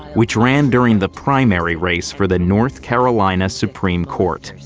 which ran during the primary race for the north carolina supreme court.